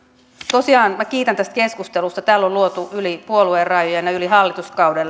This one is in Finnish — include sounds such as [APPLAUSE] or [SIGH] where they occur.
tosiaan minä kiitän tästä keskustelusta täällä on luotu yli puoluerajojen ja yli hallituskauden [UNINTELLIGIBLE]